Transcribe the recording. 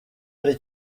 ari